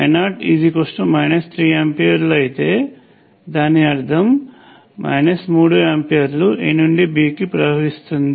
I0 3 ఆంపియర్లు అయితే దాని అర్థం 3 ఆంపియర్లు A నుండి B కి ప్రవహిస్తుంది